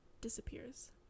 disappears